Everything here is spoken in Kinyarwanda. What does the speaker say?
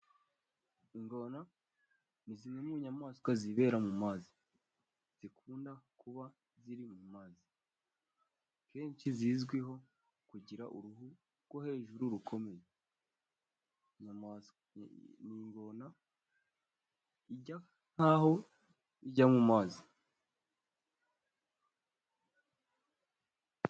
Ingona ni zimwe mu nyamaswa zibera mu mazi, zikunda kuba ziri mu mazi kenshi zizwiho kugira uruhu rwo hejuru rukomeye, ni ingona isa nkaho ijya mu mazi.